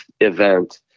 event